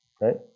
Right